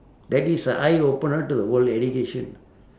that is a eye opener to the world education